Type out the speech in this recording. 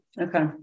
Okay